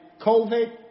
COVID